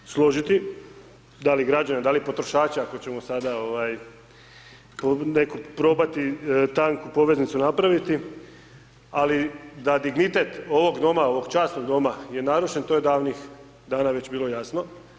I tu se mogu složiti, da li građani, da li potrošači, ako ćemo sada nekako probati, tanku poveznicu napraviti, ali da dignitet ovog Doma, ovog časnog Doma je narušen, to je davnih dana već bilo jasno.